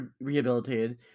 rehabilitated